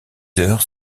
heures